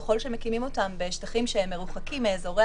ככל שמקימים אותם בשטחים שמרוחקים מאזורי